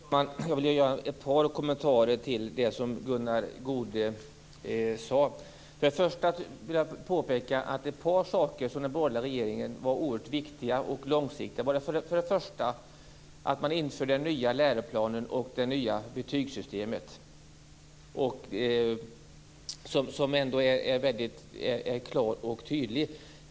Fru talman! Jag vill göra ett par kommentarer till det som Gunnar Goude sade. Först vill jag påpeka att ett par saker som den borgerliga regeringen införde var oerhört viktiga och långsiktiga. Man införde den nya läroplanen och det nya betygssystemet. Detta är mycket klart och tydligt.